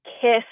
kiss